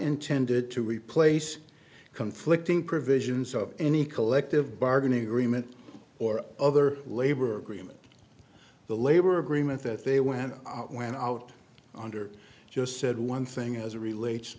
intended to replace conflicting provisions of any collective bargaining agreement or other labor agreement the labor agreement that they went out went out under just said one thing as a relates